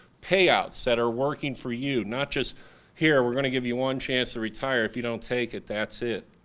pay outs that are working for you, not just here we're gonna give you one chance to retire, if you don't take it, that's it.